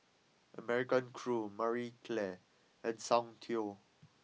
American Crew Marie Claire and Soundteoh